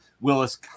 Willis